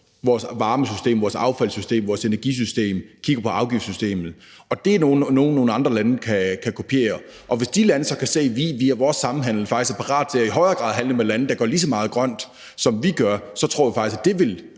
vores varmesystem, vores energisystem, og at vi kigger på afgiftssystemet. Og det er noget, som nogle andre lande kan kopiere, og hvis de lande så kan se, at vi med vores samhandel faktisk er parat til i højere grad at handle med lande, der gør lige så meget i forhold til det grønne, som vi gør, så tror vi faktisk, at det vil